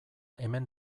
hemen